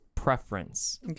preference